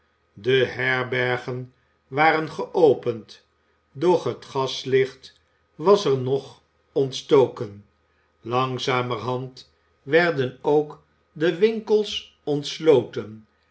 de herbergen waren geopend doch het gaslicht was er nog ontstoken langzamerhand werden ook de winkels ontsloten